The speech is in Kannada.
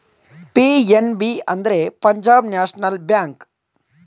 ಪಿ.ಎನ್.ಬಿ ಅಂದ್ರೆ ಪಂಜಾಬ್ ನ್ಯಾಷನಲ್ ಬ್ಯಾಂಕ್